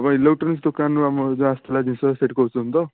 ହଁ ଭାଇ ଇଲେକଟ୍ରୋନିକ୍ସ ଦୋକାନରୁ ଆମର ଯେଉଁ ଆସିଥିଲା ସେଉଠୁ କହୁଛନ୍ତି ତ